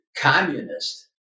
communist